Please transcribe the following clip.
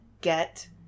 get